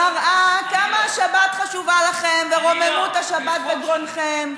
מראה כמה השבת חשובה לכם ורוממות השבת בגרונכם.